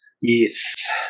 Yes